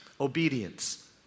obedience